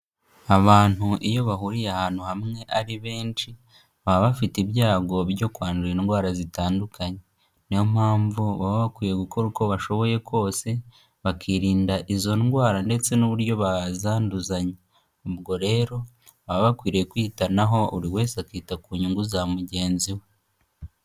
Abantu iyo bahuriye ahantu hamwe ari benshi, baba bafite ibyago byo kwandura indwara zitandukanye, niyo mpamvu baba bakwiye gukora uko bashoboye kose, bakirinda izo ndwara ndetse n'uburyo bazanduzanya, ubwo rero baba bakwiriye kwitanaho buri wese akita ku nyungu za mugenzi we.